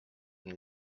nii